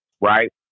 Right